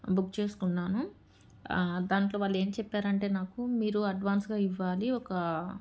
book చేసుకున్నాను దాంట్లో వాళ్ళు ఏం చెప్పారంటే నాకు మీరు అడ్వాన్స్గా ఇవ్వాలి ఒక